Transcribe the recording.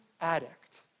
addict